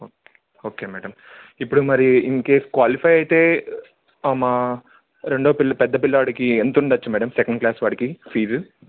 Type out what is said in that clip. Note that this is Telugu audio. ఓకే ఓకే మేడం ఇప్పుడు మరి ఇన్ కేేస్ క్వాలిఫై అయితే మా రెండో పిల్ల పెద్ద పిల్లవాడికి ఎంతుండచ్చు మేడం సెకండ్ క్లాస్ వాడికి ఫీజు